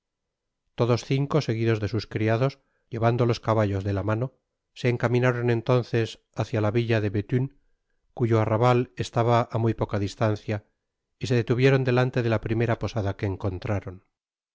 todos cinco seguidos de sus criados llevando los caballos de la mano se encaminaron entonces hácia la villa de bethune cuyo arrabal estaba á muy poca distancia y se detuvieron delante de la primera posada que encontraron